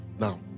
now